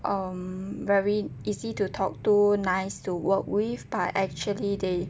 um very easy to talk to nice to work with but actually they